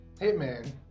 Hitman